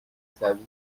سبزی